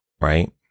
right